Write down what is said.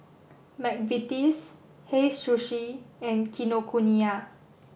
McVitie's Hei Sushi and Kinokuniya